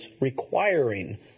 requiring